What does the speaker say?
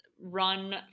run